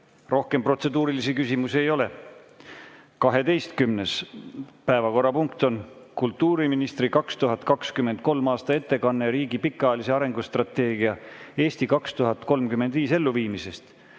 Rohkem protseduurilisi küsimusi ei ole. 12. päevakorrapunkt on kultuuriministri 2023. aasta ettekanne riigi pikaajalise arengustrateegia "Eesti 2035" elluviimisest